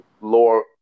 lower